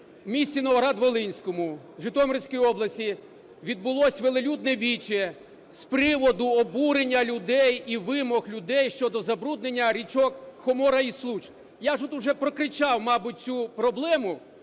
місті Новограді-Волинському Житомирської області відбулося велелюдне віче з приводу обурення людей і вимог людей щодо забруднення річок Хомора і Случ. Я ж тут вже прокричав, мабуть, цю проблему,